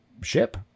ship